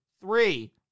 three